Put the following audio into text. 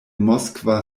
moskva